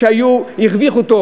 שהיו, הרוויחו טוב.